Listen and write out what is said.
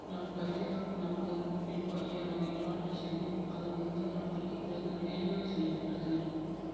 நான் Baidyanath Nagpur Bilva ear oil order செய்தேன் அது ஒன்பது நாட்களுக்குப் பிறகு டெலிவரி செய்யப்பட்டது